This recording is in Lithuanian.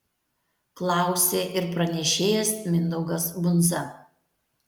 klausė ir pranešėjas mindaugas bundza